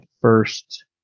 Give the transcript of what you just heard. first